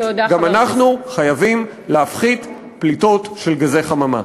גם אנחנו חייבים להפחית פליטות של גזי חממה.